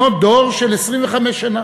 שנות דור, 25 שנה.